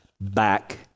back